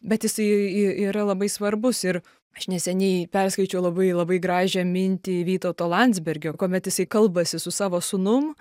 bet jisai yra labai svarbus ir aš neseniai perskaičiau labai labai gražią mintį vytauto landsbergio kuomet jisai kalbasi su savo sūnum